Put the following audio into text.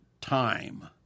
time